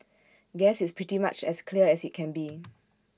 guess it's pretty much as clear as IT can be